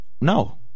No